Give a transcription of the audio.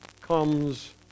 comes